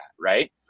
right